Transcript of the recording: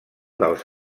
dels